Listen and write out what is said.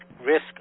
risk